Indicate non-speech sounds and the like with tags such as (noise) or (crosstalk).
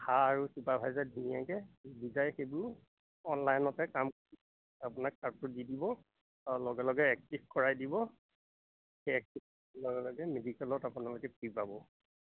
(unintelligible) সেইবোৰ অনলাইনতে কাম আপোনাক কাৰ্ডটো দি দিব আৰু লগে লগে এক্টিভ কৰাই দিব সেই এক্টিভ লগে লগে মেডিকেলত আপোনালোকে ফ্ৰী পাব